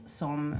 som